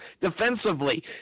defensively